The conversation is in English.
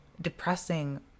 depressing